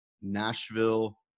Nashville